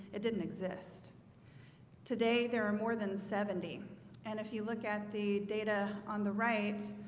it didn't exist today there are more than seventy and if you look at the data on the right,